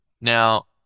Now